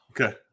Okay